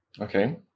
okay